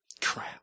Crap